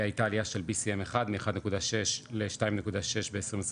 הייתה עלייה של 1 BCM מ- 1.6 ל- 2.6 ב- 2021,